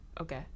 Okay